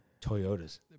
Toyotas